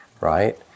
right